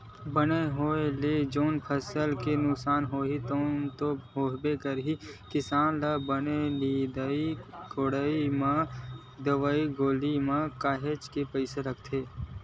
बन के होय ले जउन फसल के नुकसान होही तउन तो होबे करही किसान ल बन के निंदई कोड़ई म दवई गोली म काहेक पइसा लागथे